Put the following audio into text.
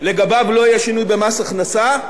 לגביו לא יהיה שינוי במס הכנסה.